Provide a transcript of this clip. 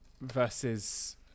versus